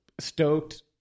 stoked